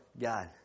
God